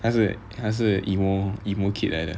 他是他是 emo emo kid 来的